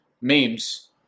memes